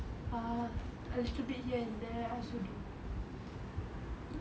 err a little bit here and there I also don't know